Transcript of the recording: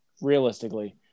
realistically